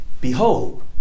behold